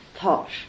thought